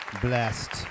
blessed